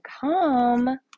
come